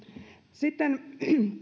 sitten